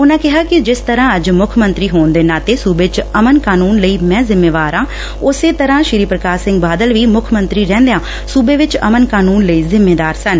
ਉਨੂਾ ਕਿਹਾ ਕਿ ਜਿਸ ਤਰੂਾ ਅੱਜ ਮੁੱਖ ਮੰਤਰੀ ਹੋਣ ਦੇ ਨਾਤੇ ਸੂਬੇ ਚ ਅਮਨ ਕਾਨੂੰਨ ਲਈ ਮੈ ਜ਼ਿੰਮੇਦਾਰ ਐ ਉਸੇਂ ਤਰ੍ਹਾਂ ਸ੍ਰੀ ਪ੍ਰਕਾਸ਼ ਸਿੰਘ ਬਾਦਲ ਵੀ ਮੁੱਖ ਮੰਤਰੀ ਰਹਿੰਦਿਆਂ ਸੁਬੇ ਚ ਅਮਨ ਕਾਨੁੰਨ ਲਈ ਜਿੰਮੇਵਾਰ ਸਨ